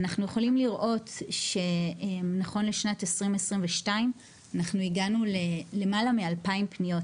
אנחנו יכולים לראות שנכון לשנת 2022 אנחנו הגענו למעלה מ-2,000 פניות,